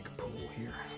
pool here.